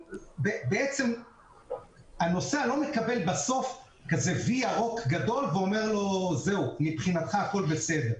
בעצם הנוסע לא מקבל איזשהו וי ירוק גדול שאומר לו שמבחינתו הכול בסדר.